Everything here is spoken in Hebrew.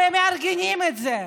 והם מארגנים את זה.